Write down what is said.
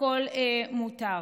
הכול מותר.